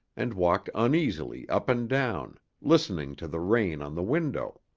and walked uneasily up and down, listening to the rain on the window.